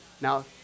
now